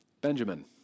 Benjamin